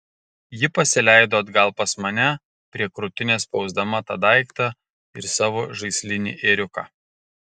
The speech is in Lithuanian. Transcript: ji pasileido atgal pas mane prie krūtinės spausdama tą daiktą ir savo žaislinį ėriuką